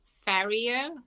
farrier